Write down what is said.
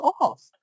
off